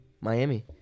Miami